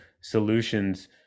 solutions